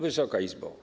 Wysoka Izbo!